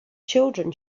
children